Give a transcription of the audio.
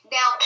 Now